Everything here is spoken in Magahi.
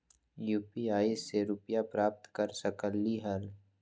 यू.पी.आई से रुपए प्राप्त कर सकलीहल?